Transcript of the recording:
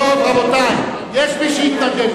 אני מציע, רבותי, יש מי שהתנגד.